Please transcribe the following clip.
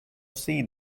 seen